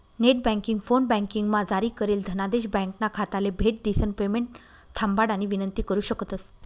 net banking, फोनबँकिंगमा जारी करेल धनादेश ब्यांकना खाताले भेट दिसन पेमेंट थांबाडानी विनंती करु शकतंस